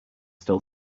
still